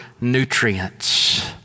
nutrients